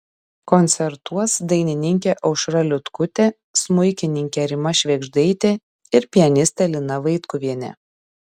koncertuos dainininkė aušra liutkutė smuikininkė rima švėgždaitė ir pianistė lina vaitkuvienė